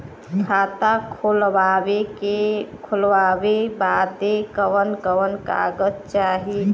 खाता खोलवावे बादे कवन कवन कागज चाही?